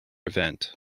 event